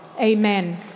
Amen